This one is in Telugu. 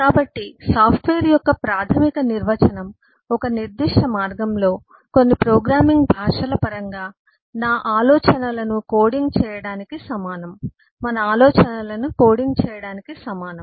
కాబట్టి సాఫ్ట్వేర్ యొక్క ప్రాథమిక నిర్వచనం ఒక నిర్దిష్ట మార్గంలో కొన్ని ప్రోగ్రామింగ్ భాషల పరంగా నా ఆలోచనలను కోడింగ్ చేయడానికి సమానం మన ఆలోచనలను కోడింగ్ చేయడానికి సమానం